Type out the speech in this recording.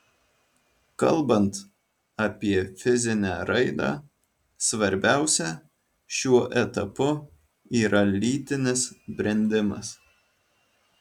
kalbant apie fizinę raidą svarbiausia šiuo etapu yra lytinis brendimas